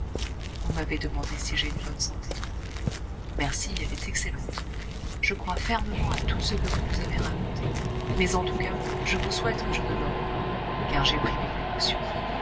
vous m'avez demandé si j'ai une bonne santé merci elle est excellente je crois fermement à tout ce que vous nous avez raconté mais en tout cas je vous souhaite que je ne meure point car j'ai pris mes précautions